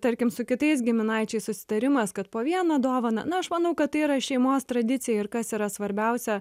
tarkim su kitais giminaičiais susitarimas kad po vieną dovaną na aš manau kad tai yra šeimos tradicija ir kas yra svarbiausia